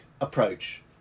approach